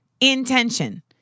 Intention